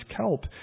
kelp